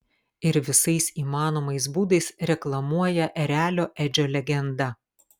ir visais įmanomais būdais reklamuoja erelio edžio legendą